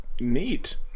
Neat